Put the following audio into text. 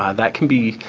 ah that can be,